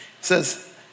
says